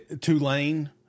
Tulane